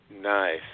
Nice